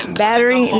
battery